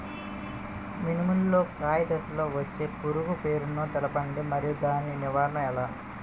మినుము లో కాయ దశలో వచ్చే పురుగు పేరును తెలపండి? మరియు దాని నివారణ ఎలా?